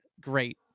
great